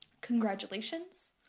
congratulations